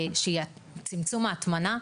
שהיא צמצום ההטמנה,